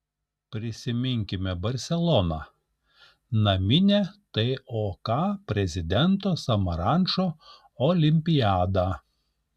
prisiminkime barseloną naminę tok prezidento samarančo olimpiadą